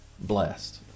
blessed